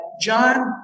John